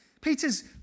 Peter's